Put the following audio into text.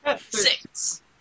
Six